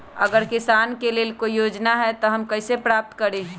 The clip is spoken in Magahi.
अगर किसान के लेल कोई योजना है त हम कईसे प्राप्त करी?